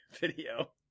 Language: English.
video